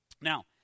Now